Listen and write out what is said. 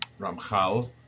Ramchal